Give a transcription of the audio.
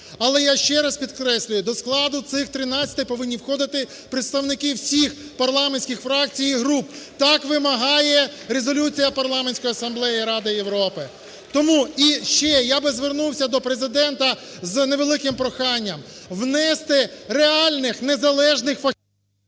Але я ще раз підкреслюю, до складу цих 13 повинні входити представники всіх парламентських фракцій і груп, так вимагає резолюція Парламентської асамблеї Ради Європи. Тому ще, я б звернувся до Президента з невеликим проханням, внести реальних незалежних…